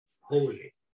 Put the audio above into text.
holy